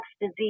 disease